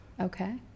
Okay